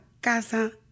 Casa